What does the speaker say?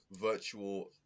virtual